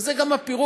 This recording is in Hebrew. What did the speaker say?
וזה גם הפירוש,